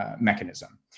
mechanism